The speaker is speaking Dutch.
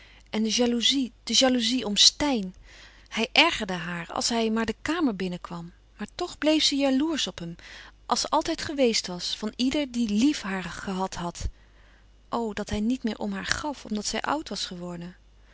en de jaloezie de jaloezie om steyn hij ergerde haar als hij maar de kamer binnenkwam maar toch bleef ze jaloersch op hem als ze altijd geweest was van ieder die lief haar gehad had o dat hij niet meer om haar gaf omdat zij oud was geworden